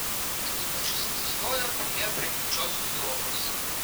akiniuočius atsistojo priėjo prie trečiosios lovos